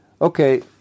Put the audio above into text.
Okay